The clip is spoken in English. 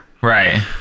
Right